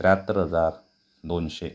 त्र्याहत्तर हजार दोनशे